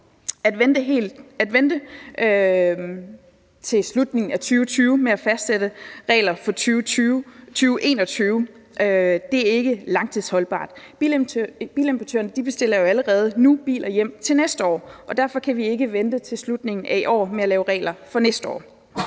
At vente helt til slutningen af 2020 med at fastsætte regler for 2021 er ikke langtidsholdbart. Bilimportørerne bestiller jo allerede nu biler hjem til næste år, og derfor kan vi ikke vente til slutningen af i år med at lave regler for næste år.